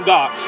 God